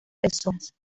personas